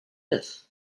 myth